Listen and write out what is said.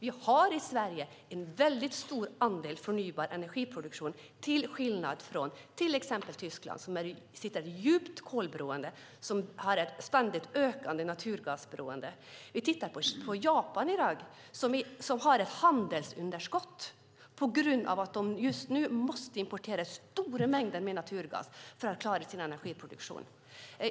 I Sverige har vi en väldigt stor andel förnybar energiproduktion till skillnad från hur det är i exempelvis Tyskland som sitter i ett djupt kolberoende och i ett ständigt ökande naturgasberoende. Japan har i dag ett handelsunderskott på grund av att de just nu måste importera stora mängder naturgas för att klara sin energiproduktion.